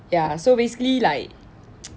ya so basically like